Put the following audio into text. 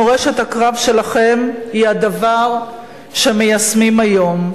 מורשת הקרב שלכם היא הדבר שמיישמים היום,